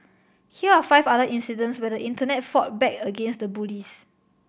here are five other incidents where the Internet fought back against the bullies